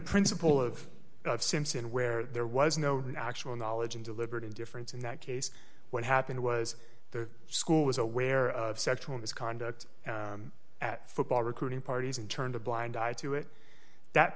principle of simpson where there was no actual knowledge and deliberate indifference in that case what happened was the school was aware of sexual misconduct at football recruiting parties and turned a blind eye to it that